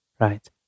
Right